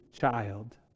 child